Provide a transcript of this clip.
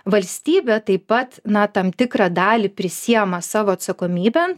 valstybė taip pat na tam tikrą dalį prisiema savo atsakomybėn